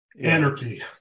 anarchy